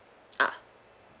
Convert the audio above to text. ah